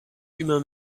humain